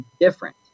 different